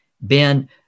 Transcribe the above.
Ben